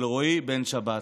אלרועי בן שבת,